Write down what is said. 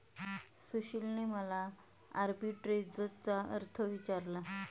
सुशीलने मला आर्बिट्रेजचा अर्थ विचारला